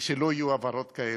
כשלא יהיו העברות כאלה?